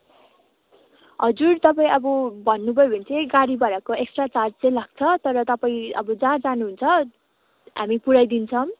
हजुर तपाईँ अब भन्नुभयो भने चाहिँ गाडी भाडाको एक्स्ट्रा चार्ज चाहिँ लाग्छ तर तपाईँ अब जहाँ जानुहुन्छ हामी पुऱ्याइदिन्छौँ